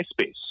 MySpace